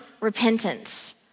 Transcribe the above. repentance